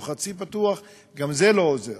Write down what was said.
או חצי פתוח, גם זה לא עוזר.